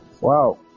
Wow